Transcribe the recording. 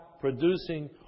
producing